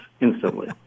instantly